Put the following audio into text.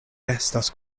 restas